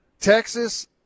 Texas